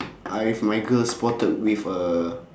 I with my girl spotted with uh